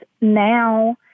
now